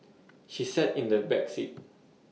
she sat in the back seat